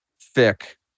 thick